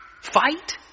Fight